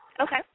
Okay